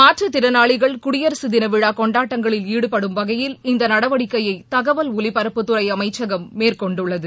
மாற்றுத் திறனாளிகள் குடியரசு தின விழா கொண்டாடங்களில் ஈடுபடும் வகையில் இந்த நடவடிக்கையை தகவல் ஒலிபரப்புத்துறை அமைச்சகம் மேற்கொண்டுள்ளது